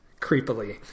creepily